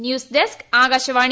news desk Akashvani